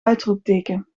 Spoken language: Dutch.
uitroepteken